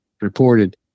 reported